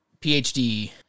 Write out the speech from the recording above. PhD